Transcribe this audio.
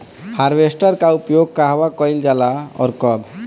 Harvester का उपयोग कहवा कइल जाला और कब?